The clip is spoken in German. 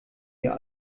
mir